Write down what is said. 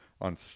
on